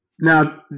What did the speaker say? Now